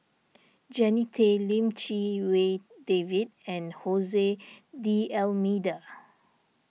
Jannie Tay Lim Chee Wai David and Jose D'Almeida